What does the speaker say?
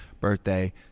birthday